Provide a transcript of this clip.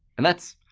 and that's,